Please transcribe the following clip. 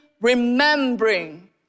remembering